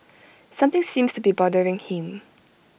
something seems be bothering him